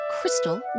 crystal